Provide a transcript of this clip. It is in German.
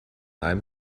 einem